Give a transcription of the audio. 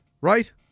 right